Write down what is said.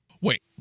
Wait